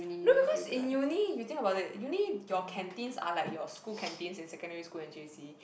no because in uni you think about it uni your canteens are like your school canteens in secondary school and j_c